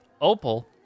opal